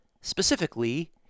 specifically